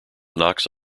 knox